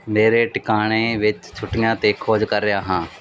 ਮੇਰੇ ਟਿਕਾਣੇ ਵਿੱਚ ਛੁੱਟੀਆਂ 'ਤੇ ਖੋਜ ਕਰ ਰਿਹਾ ਹਾਂ